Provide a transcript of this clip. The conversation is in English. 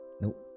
Nope